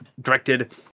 directed